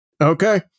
Okay